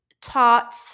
taught